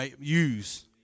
use